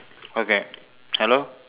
okay hello